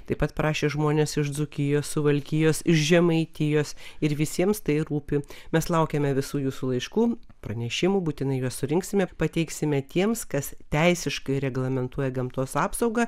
taip pat parašė žmonės iš dzūkijos suvalkijos iš žemaitijos ir visiems tai rūpi mes laukiame visų jūsų laiškų pranešimų būtinai juos surinksime pateiksime tiems kas teisiškai reglamentuoja gamtos apsaugą